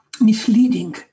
misleading